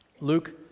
Luke